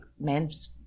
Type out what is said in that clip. men's